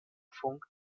funk